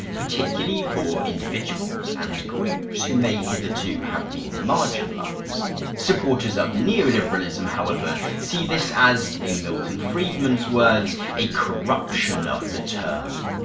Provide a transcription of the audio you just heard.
particularly for individuals and groups who may hitherto have been marginalized. supporters of neoliberalism however see this as, in milton friedman's words, a corruption of the term.